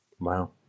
Wow